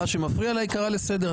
הבא שמפריע לך ייקרא לסדר.